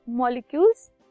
molecules